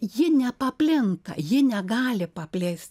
ji nepaplinta ji negali paplist